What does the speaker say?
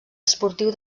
esportiu